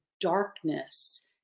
darkness